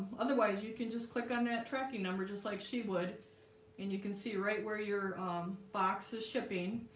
otherwise, you can just click on that tracking number just like she would and you can see right where your um box is shipping